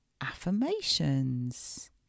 affirmations